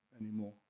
anymore